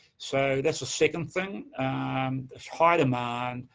so, that's a second thing. there's high demand,